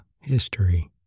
History